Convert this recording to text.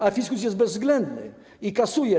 A fiskus jest bezwzględny i kasuje.